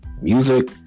Music